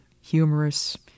humorous